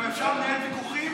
גם אפשר לנהל ויכוחים